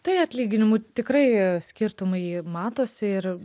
tai atlyginimų tikrai skirtumai matosi ir